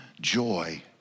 JOY